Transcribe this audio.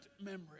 memory